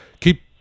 keep